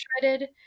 shredded